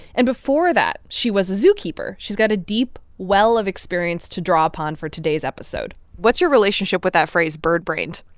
and before that, she was a zookeeper. she's got a deep well of experience to draw upon for today's episode what's your relationship with that phrase bird-brained?